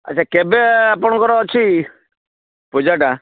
ଆଚ୍ଛା କେବେ ଆପଣଙ୍କର ଅଛି ପୂଜାଟା